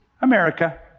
America